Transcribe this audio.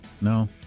No